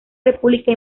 república